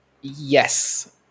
Yes